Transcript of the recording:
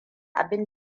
abin